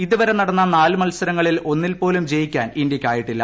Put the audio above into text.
ഇത് വരെ നടന്ന നാല് മത്സരങ്ങളിൽ ഒന്നിൽ പോലും ജയിക്കാൻ ഇന്ത്യയ്ക്കായിട്ടില്ല